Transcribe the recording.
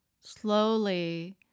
slowly